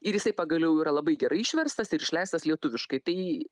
ir jisai pagaliau yra labai gerai išverstas ir išleistas lietuviškai tai